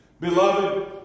Beloved